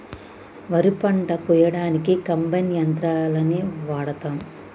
వరి పంట కోయడానికి కంబైన్ యంత్రాలని వాడతాం